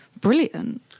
brilliant